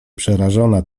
przerażona